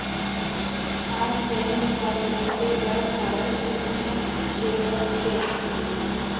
आज बेंक ह मनखे ल भारी सुबिधा देवत हे